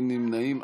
אין נמנעים,